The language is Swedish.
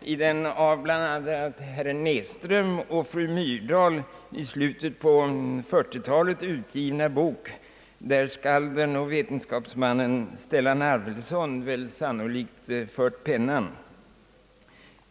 i den av bl.a. herr Näsström och fru Myrdal i slutet på 1940-talet utgivna bok, där skalden och vetenskapsmannen Stellan Arvidson sannolikt har fört pennan.